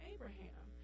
Abraham